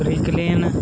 brooklyn